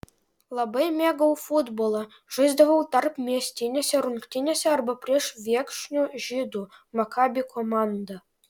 labai mėgau futbolą žaisdavau tarpmiestinėse rungtynėse arba prieš viekšnių žydų makabi komandą